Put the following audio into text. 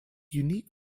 unique